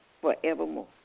forevermore